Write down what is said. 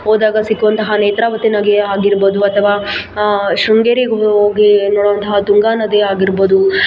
ಹೋದಾಗ ಸಿಕ್ಕುವಂತಹ ನೇತ್ರಾವತಿ ನದಿ ಆಗಿರ್ಬೋದು ಅಥವಾ ಆ ಶೃಂಗೇರಿಗೆ ಹೋಗಿ ಅಲ್ಲಿರುವಂಥ ತುಂಗಾ ನದಿಯಾಗಿರ್ಬೋದು